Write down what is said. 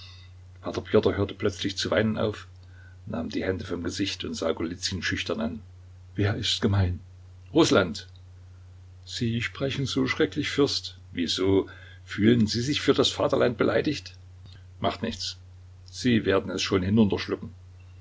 hörte plötzlich zu weinen auf nahm die hände vom gesicht und sah golizyn schüchtern an wer ist gemein rußland sie sprechen so schrecklich fürst wieso fühlen sie sich für das vaterland beleidigt macht nichts sie werden es schon